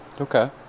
okay